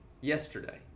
yesterday